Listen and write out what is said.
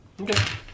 Okay